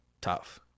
tough